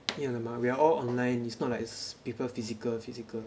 一样的 mah we're all online it's not like it's people physical physical